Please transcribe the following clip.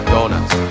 Donuts